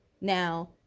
Now